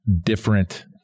different